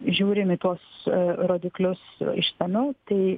žiūrim į tuos rodiklius išsamiau tai